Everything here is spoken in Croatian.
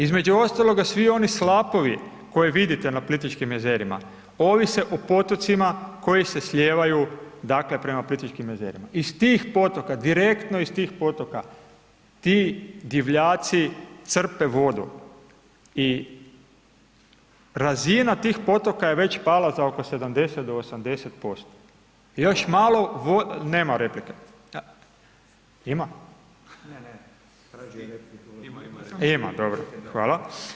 Između ostaloga svi oni slapovi koje vidite na Plitvičkim jezerima, ovise o potocima koji se slijevaju dakle prema Plitvičkim jezerima, iz tih potoka, direktno iz tih potoka ti divljaci crpe vodu i razina potoka je već pala za oko 70 do 80%, još malo, …… [[Upadica sa strane, ne razumije se.]] Ima, dobro, hvala.